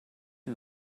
who